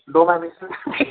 Doma miss पनि